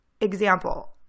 example